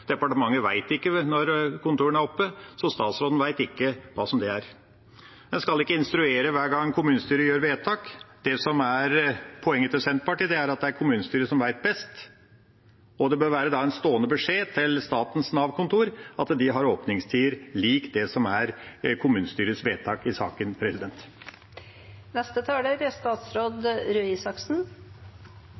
så statsråden vet ikke hvordan det er. En skal ikke instruere hver gang kommunestyret gjør vedtak. Det som er poenget til Senterpartiet, er at det er kommunestyret som vet best, og det bør være en stående beskjed til statens Nav-kontor at de har åpningstider lik det som er kommunestyrets vedtak i saken. Igjen: Det er